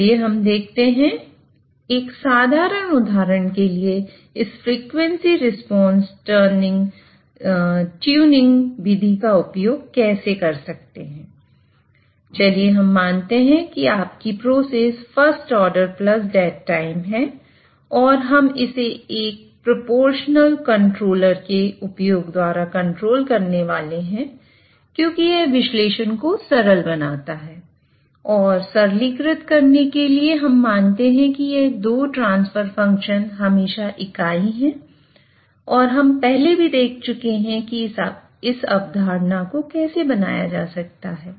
चलिए हम देखते हैं कि एक साधारण उदाहरण के लिए इस फ्रीक्वेंसी रिस्पांस ट्यूनिंग विधि होगा